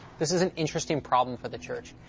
this is an interesting problem for the church.